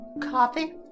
Coffee